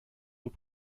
aux